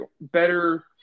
better